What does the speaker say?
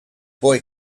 boy